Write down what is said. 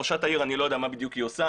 ראשת העיר, אני לא יודע מה בדיוק היא עושה.